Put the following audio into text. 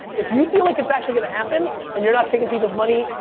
if you feel like it's actually going to happen and you're not taking people's money,